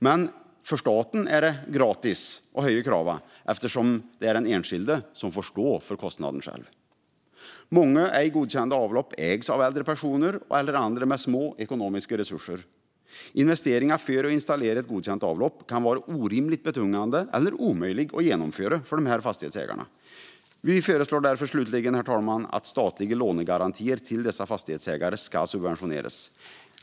Men det är för staten "gratis" att höja kraven på enskilda eftersom det är den enskilda som får stå för kostnaden. Många ej godkända enskilda avlopp ägs av äldre personer eller andra med små ekonomiska resurser. Investeringen för att installera ett godkänt avlopp kan vara orimligt betungande eller omöjlig att genomföra för dessa fastighetsägare. Vi föreslår därför, herr talman, att statliga lånegarantier till dessa fastighetsägare ska subventioneras.